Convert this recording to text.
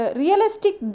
realistic